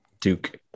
Duke